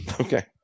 Okay